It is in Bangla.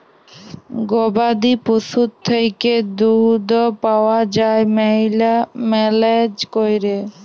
গবাদি পশুর থ্যাইকে দুহুদ পাউয়া যায় ম্যালা ম্যালেজ ক্যইরে